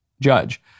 judge